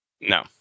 No